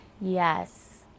Yes